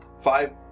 five